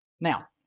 Now